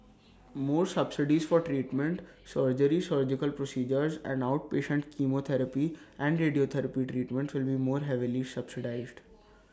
more subsidies for treatment surgery surgical procedures and outpatient chemotherapy and radiotherapy treatments will be more heavily subsidised